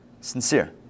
sincere